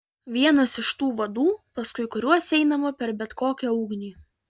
vienas iš tų vadų paskui kuriuos einama per bet kokią ugnį